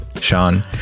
Sean